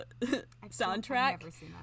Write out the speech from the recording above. soundtrack